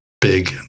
big